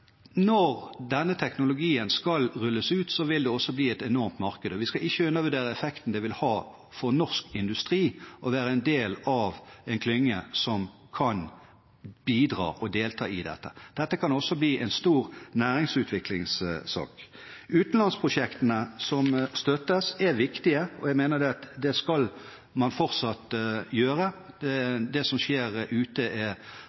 når denne teknologien skal rulles ut, vil det også bli et enormt marked. Vi skal ikke undervurdere effekten det vil ha for norsk industri å være en del av en klynge som kan bidra og delta i dette. Dette kan også bli en stor næringsutviklingssak. Utenlandsprosjektene som støttes, er viktige, og jeg mener at det skal man fortsatt gjøre. Det som skjer ute, er like viktig som det som skjer